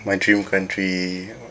my dream country